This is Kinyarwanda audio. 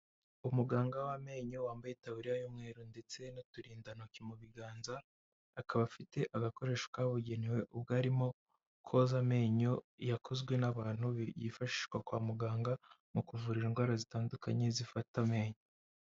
Umuganga w'amenyo wambaye itaburiya y'umweru ndetse n'uturindantoki mu biganza, akaba afite agakoresho kabugenewe ubwo arimo koza amenyo yakozwe n'abantu yifashishwa kwa muganga, mu kuvura indwara zitandukanye zifata amenyo.